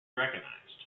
recognized